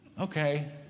Okay